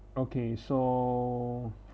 okay so